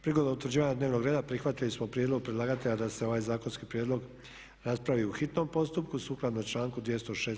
Prigodom utvrđivanja dnevnog reda prihvatili smo prijedlog predlagatelja da se ovaj zakonski prijedlog raspravi u hitnom postupku sukladno članku 206.